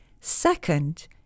Second